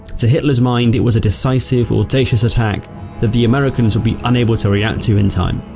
to hitler's mind it was a decisive audacious attack that the americans would be unable to react to in time.